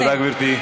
תודה, גברתי.